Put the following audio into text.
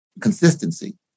consistency